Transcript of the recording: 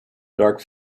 dark